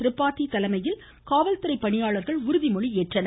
திரிபாதி தலைமையிலும் காவல்துறை பணியாளர்கள் உறுதிமொழி ஏற்றனர்